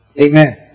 Amen